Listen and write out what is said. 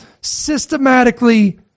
systematically